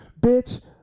Bitch